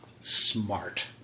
Smart